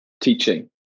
teaching